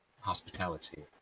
hospitality